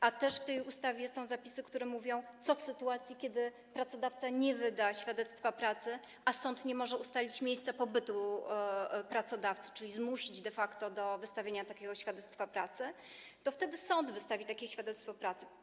A też w tej ustawie są zapisy, które mówią, co w sytuacji, kiedy pracodawca nie wyda świadectwa pracy, a sąd nie może ustalić miejsca pobytu pracodawcy, czyli zmusić de facto do wystawienia takiego świadectwa pracy - wtedy sąd wystawi takie świadectwo pracy.